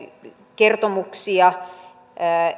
kertomuksia